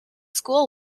school